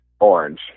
Orange